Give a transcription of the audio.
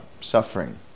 suffering